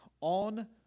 On